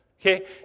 okay